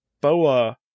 boa